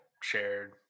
shared